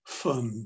fun